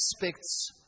aspects